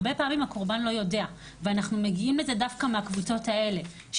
הרבה פעמים הקורבן לא יודע ואנחנו מגיעים לזה דווקא מהקבוצות האלה,